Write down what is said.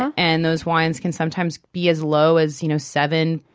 and those wines can sometimes be as low as you know seven,